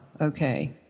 okay